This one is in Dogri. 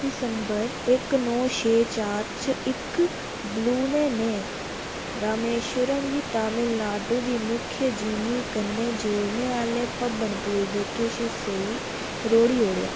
दिसंबर इक नौ छे चार च इक बलूह्ने नै रामेश्वरम गी तमिलनाडु दी मुक्ख जिमीं कन्ने जोड़ने आह्ले पबन पुल दे किश हिस्सें गी रोह्ड़ी ओड़ेआ